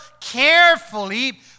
carefully